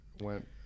went